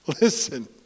Listen